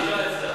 פה.